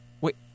Wait